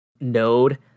node